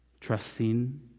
trusting